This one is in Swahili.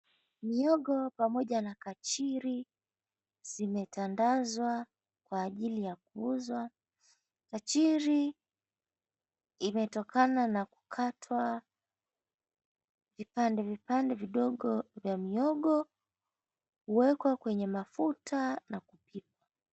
Miogo pamoja na kachiri zimetandazwa kwa ajili ya kuuzwa. Kachiri imetokana na kukatwa vipande vidogo vidogo vya miogo na kuwekwa kwenye mafuta.